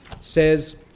says